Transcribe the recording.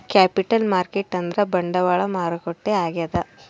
capital market ಅಂದ್ರ ಬಂಡವಾಳ ಮಾರುಕಟ್ಟೆ ಆಗ್ಯಾದ